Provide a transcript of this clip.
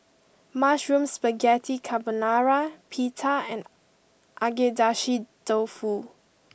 Mushroom Spaghetti Carbonara Pita and Agedashi Dofu